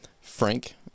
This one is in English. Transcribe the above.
Frank